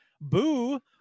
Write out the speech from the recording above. boo